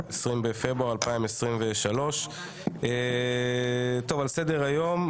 20 בפברואר 2023. סעיף א' בסדר היום: